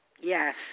Yes